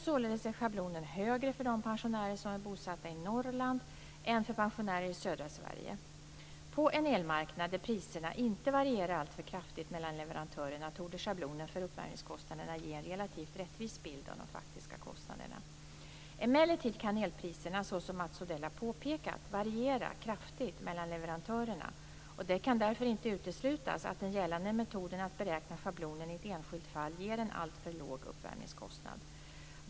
Således är schablonen högre för de pensionärer som är bosatta i Norrland än för pensionärerna i södra Sverige. På en elmarknad där priserna inte varierar alltför kraftigt mellan leverantörerna torde schablonen för uppvärmningskostnaderna ge en relativt rättvis bild av de faktiska kostnaderna. Emellertid kan elpriserna, så som Mats Odell har påpekat, variera kraftigt mellan leverantörerna. Det kan därför inte uteslutas att den gällande metoden att beräkna schablonen i ett enskilt fall ger en alltför låg uppvärmningskostnad.